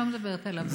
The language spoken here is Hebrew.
אני לא מדברת עליו.